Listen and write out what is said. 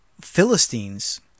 Philistines